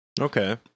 Okay